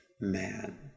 man